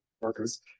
workers